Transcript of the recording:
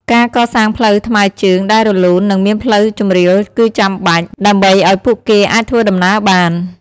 ការកសាងផ្លូវថ្មើរជើងដែលរលូន និងមានផ្លូវជម្រាលគឺចាំបាច់ ដើម្បីឱ្យពួកគេអាចធ្វើដំណើរបាន។